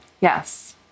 Yes